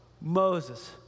Moses